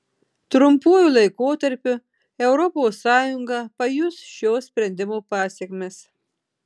trumpuoju laikotarpiu europos sąjunga pajus šio sprendimo pasekmes